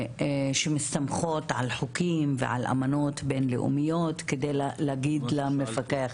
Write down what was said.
שמסתמכות על חוקים ועל אמנות בינלאומיות כדי להגיד למפקח.